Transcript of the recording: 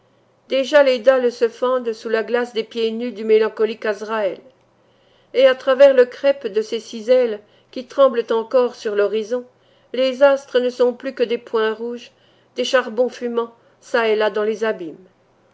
déjà les dalles se fendent sous la glace des pieds nus du mélancolique azraël et à travers le crêpe de ses six ailes qui tremblent encore sur l'horizon les astres ne sont plus que des points rouges des charbons fumant çà et là dans les abîmes